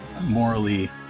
morally